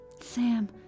Sam